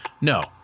No